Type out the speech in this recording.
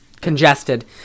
congested